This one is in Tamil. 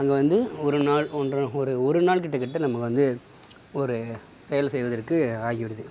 அங்கே வந்து ஒரு நாள் ஒன்றை ஒரு ஒரு நாள் கிட்டதகிட்ட நமக்கு வந்து ஒரு செயல் செய்வதற்கு ஆகிவிடுது